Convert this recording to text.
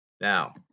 now